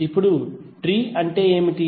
ఇప్పుడు ట్రీ అంటే ఏమిటి